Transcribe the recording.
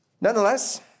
Nonetheless